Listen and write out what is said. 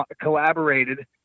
collaborated